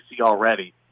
already